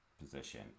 position